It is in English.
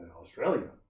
Australia